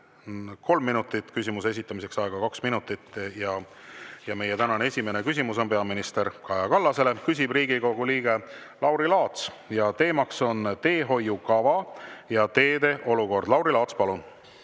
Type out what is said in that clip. kolm minutit, küsimuse esitamiseks on aega kaks minutit. Meie tänane esimene küsimus on peaminister Kaja Kallasele. Küsib Riigikogu liige Lauri Laats ja teema on teehoiukava ja teede olukord. Lauri Laats, palun!